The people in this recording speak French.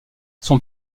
son